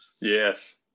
Yes